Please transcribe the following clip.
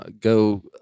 go